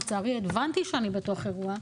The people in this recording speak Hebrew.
לצערי הבנתי שאני בתוך אירוע,